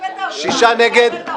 שישה נגד.